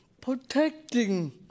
protecting